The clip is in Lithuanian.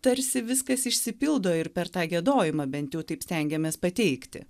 tarsi viskas išsipildo ir per tą giedojimą bent jau taip stengiamės pateikti